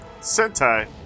Sentai